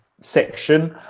section